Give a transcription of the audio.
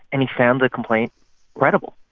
and he found the complaint credible.